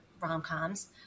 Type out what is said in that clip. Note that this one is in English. rom-coms